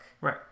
Right